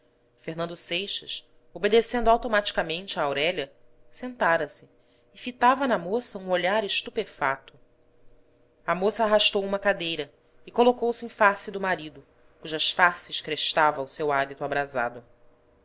fernando seixas obedecendo automaticamente a aurélia sentara-se e fitava na moça um olhar estupefato a moça arrastou uma cadeira e colocou se em face do marido cujas faces crestava o seu hálito abrasado